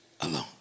alone